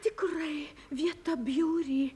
tikrai vieta bjauri